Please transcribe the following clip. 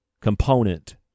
component